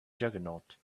juggernaut